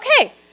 okay